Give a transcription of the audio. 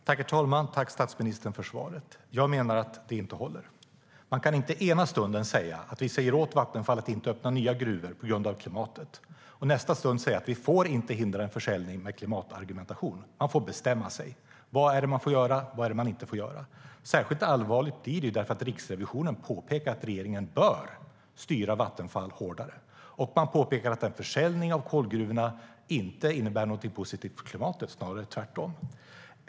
Herr talman! Tack, statsministern, för svaret! Jag menar att det inte håller. Man kan inte ena stunden säga att vi säger åt Vattenfall att inte öppna nya gruvor på grund av klimatet och i nästa stund säga att vi inte får hindra en försäljning med klimatargumentation. Man får bestämma sig för vad man får göra och vad man inte får göra. Särskilt allvarligt blir det eftersom Riksrevisionen påpekar att regeringen bör styra Vattenfall hårdare. De påpekar att en försäljning av kolgruvorna inte innebär någonting positivt för klimatet, snarare tvärtom.